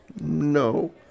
No